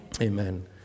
Amen